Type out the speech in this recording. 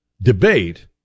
debate